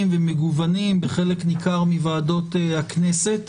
ומגוונים בחלק ניכר מוועדות הכנסת,